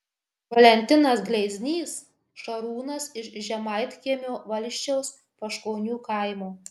valentinas gleiznys šarūnas iš žemaitkiemio valsčiaus paškonių kaimo